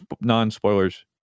non-spoilers